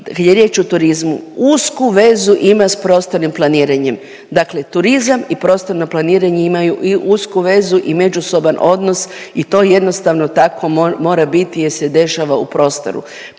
riječ o turizmu, usku vezu ima s prostornim planiranjem. Dakle turizam i prostorno planiranje imaju usku vezu i međusoban odnos i to jednostavno tako tamo biti jer se dešava u prostoru.